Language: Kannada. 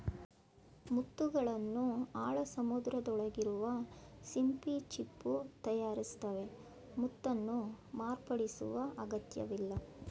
ಮುತ್ತುಗಳನ್ನು ಆಳ ಸಮುದ್ರದೊಳಗಿರುವ ಸಿಂಪಿ ಚಿಪ್ಪು ತಯಾರಿಸ್ತವೆ ಮುತ್ತನ್ನು ಮಾರ್ಪಡಿಸುವ ಅಗತ್ಯವಿಲ್ಲ